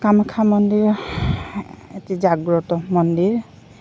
কামাখ্যা মন্দিৰ এটি জাগ্ৰত মন্দিৰ